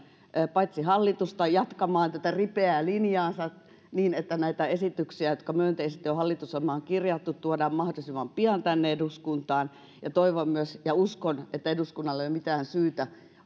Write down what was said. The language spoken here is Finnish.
hallitusta jatkamaan tätä ripeää linjaansa niin että näitä esityksiä jotka myönteisesti on hallitusohjelmaan kirjattu tuodaan mahdollisimman pian tänne eduskuntaan toivon myös ja uskon että eduskunnalla ei ole mitään syytä